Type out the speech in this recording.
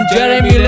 Jeremy